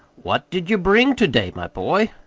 what did ye bring ter-day, my boy?